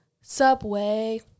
Subway